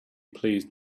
pleased